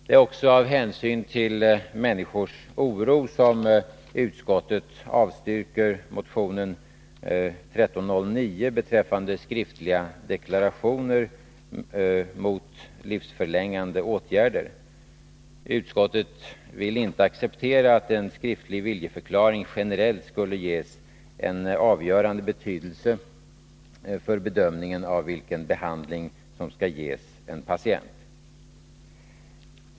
Det är också av hänsyn till människors oro som utskottet avstyrker motionen 1309 beträffande skriftliga deklarationer mot livsförlängande åtgärder. Utskottet vill inte acceptera att en skriftlig viljeförklaring generellt skulle ges en avgörande betydelse för bedömningen av vilken behandling som skall ges en patient.